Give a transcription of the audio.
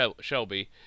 Shelby